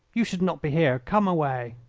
you should not be here. come away.